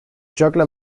juggler